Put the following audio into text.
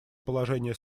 положение